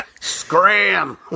Scram